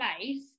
place